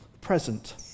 Present